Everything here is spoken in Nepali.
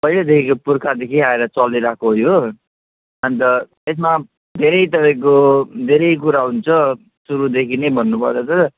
पहिलादेखिको पुर्खादेखि आएर चलेर आएको हो यो अनि त यसमा धेरै थरिको धेरै कुरा हुन्छ सुरुदेखि नै भन्नुपर्दा त